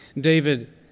David